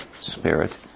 spirit